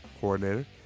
coordinator